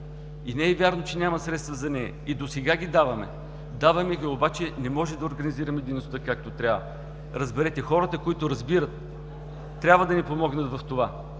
Не е вярно, че няма средства за нея – и досега ги даваме. Даваме ги, обаче не можем да организираме дейността както трябва. Разберете, хората, които разбират, трябва да ни помогнат в това,